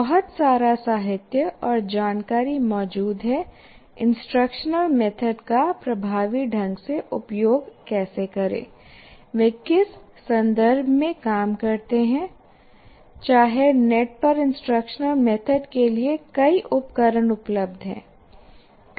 बहुत सारा साहित्य और जानकारी मौजूद है इंस्ट्रक्शनल मेथड का प्रभावी ढंग से उपयोग कैसे करें वे किस संदर्भ में काम करते हैं चाहे नेट पर इंस्ट्रक्शनल मेथड के लिए कई उपकरण उपलब्ध हैं